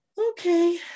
Okay